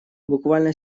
буквально